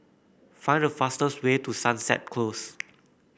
find the fastest way to Sunset Close